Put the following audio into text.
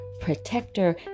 protector